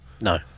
No